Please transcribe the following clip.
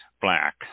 black